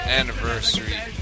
anniversary